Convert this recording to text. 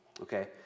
Okay